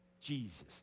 Jesus